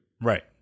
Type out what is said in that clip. right